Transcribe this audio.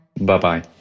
Bye-bye